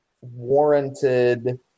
warranted